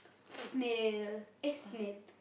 snail eh snail